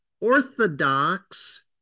orthodox